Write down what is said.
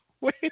Wait